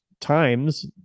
times